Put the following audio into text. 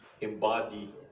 embody